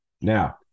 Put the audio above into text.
Now